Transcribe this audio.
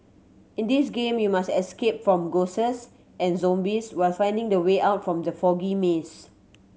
in this game you must escape from ghosts and zombies while finding the way out from the foggy maze